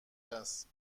است